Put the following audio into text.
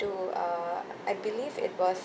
to uh I believe it was